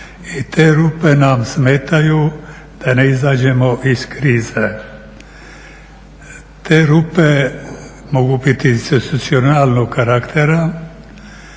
i te rupe nam smetaju da ne izađemo iz krize. Te rupe mogu biti institucionalnog karaktera